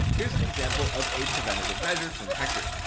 here's an example of a preventative measure from hector.